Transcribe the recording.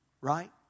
Right